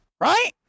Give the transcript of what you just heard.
Right